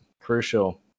crucial